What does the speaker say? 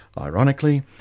ironically